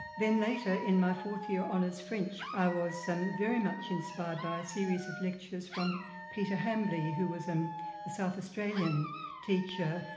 then later, in my fourth year honours french, i was and very much inspired by a series of lectures from peter hambly, who was a south australian teacher.